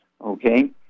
Okay